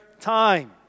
time